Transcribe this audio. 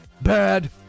Bad